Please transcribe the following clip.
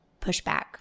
pushback